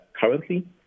currently